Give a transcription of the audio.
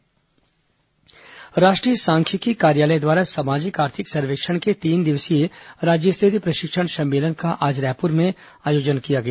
प्रशिक्षण सम्मेलन राष्ट्रीय सांख्यिकी कार्यालय द्वारा सामाजिक आर्थिक सर्वेक्षण के तीन दिवसीय राज्य स्तरीय प्रशिक्षण सम्मेलन का आज रायपुर में आयोजित किया गया